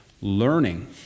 learning